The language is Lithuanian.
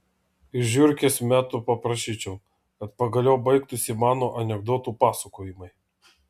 iš žiurkės metų paprašyčiau kad pagaliau baigtųsi mano anekdotų pasakojimai